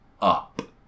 up